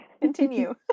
Continue